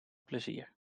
plezier